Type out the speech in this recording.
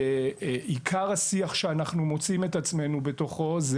עיקר השיח שאנחנו מוצאים את עצמנו בתוכו הוא: